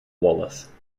wallace